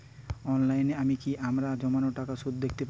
অনলাইনে আমি কি আমার জমানো টাকার সুদ দেখতে পবো?